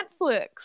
Netflix